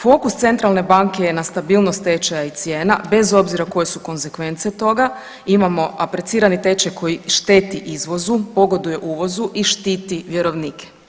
Fokus centralne banke je na stabilnost tečaja i cijena bez obzira koje su konzekvence toga, imamo aprecirani tečaj koji šteti izvozu, pogoduje uvozu i štiti vjerovnike.